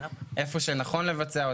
איפה שנכון לבצע אותם,